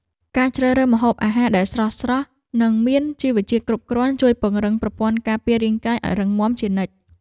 ការជ្រើសរើសម្ហូបអាហារដែលស្រស់ៗ និងមានជីវជាតិគ្រប់គ្រាន់ជួយពង្រឹងប្រព័ន្ធការពាររាងកាយឱ្យរឹងមាំជានិច្ច។